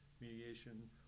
mediation